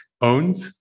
Owned